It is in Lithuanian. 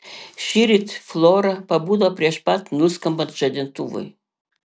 šįryt flora pabudo prieš pat nuskambant žadintuvui